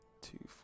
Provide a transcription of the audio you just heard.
Two